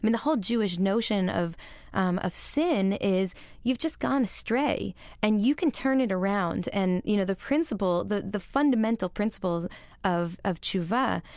and the whole jewish notion of um of sin is you've just gone astray and you can turn it around. and, you know, the principle, the the fundamental principles of of teshuvah,